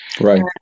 Right